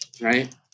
right